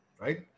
Right